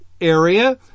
area